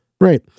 Right